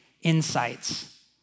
insights